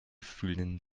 fühlen